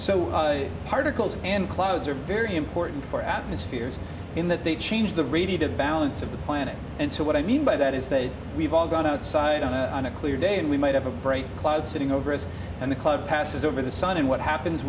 so particles and clouds are very important for atmospheres in that they change the radiated balance of the planet and so what i mean by that is that we've all got outside on a on a clear day and we might have a great cloud sitting over us and the club passes over the sun and what happens